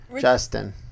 Justin